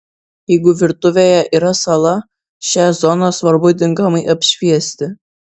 jeigu virtuvėje yra sala šią zoną svarbu tinkamai apšviesti